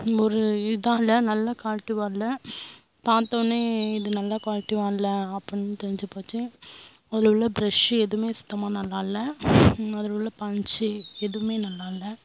ஒரு இதுதான் இல்லை நல்லா கழட்ட வரல பார்த்தோனே இது நல்ல குவாலிட்டி இல்லை அப்புடினு தெரிஞ்சு போச்சு அதில் உள்ள பிரஷ் எதுவுமே சுத்தமாக நல்லா இல்லை அதில் உள்ள பஞ்சு எதுவுமே நல்லா இல்லை